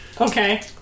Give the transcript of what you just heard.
Okay